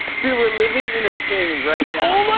dude, we're living in a thing right now.